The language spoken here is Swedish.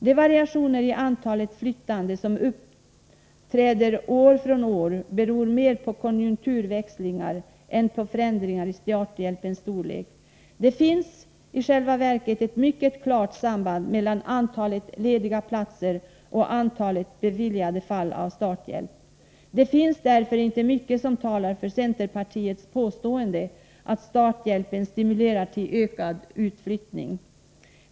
De variationer i antalet flyttande som uppträder år från år beror mer på konjunkturväxlingar än på förändringar i starthjälpens storlek. Det finns i själva verket ett mycket klart samband mellan antalet lediga platser och antalet fall som beviljats starthjälp. Det är därför inte mycket som talar för centerpartiets påstående att starthjälpen stimulerar till ökad utflyttning.